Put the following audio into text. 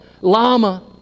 Lama